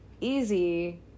easy